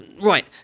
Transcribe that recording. Right